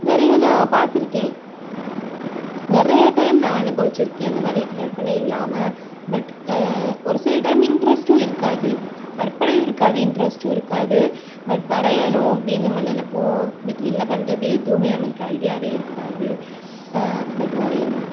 நிறைய நான் பார்த்துருக்கேன் நிறைய டைம் நான் அனுபவிச்சுருக்கேன் இந்த மாரி கற்பனை இல்லாமல் பட் ஒரு சில டைம் இன்ட்ரெஸ்ட்டும் இருக்காது கற்பனையும் இருக்காது இன்ட்ரெஸ்ட்டும் இருக்காது பட் வரையணும் அப்படின்னு நம்ம நினைப்போம் பட் என்ன பண்ணுறது எதுவுமே நம்மளுக்கு ஐடியாவே இருக்காது பட் வரைவோம்